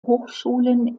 hochschulen